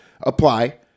apply